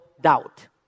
doubt